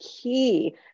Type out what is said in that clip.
key